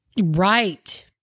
Right